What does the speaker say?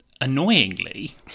annoyingly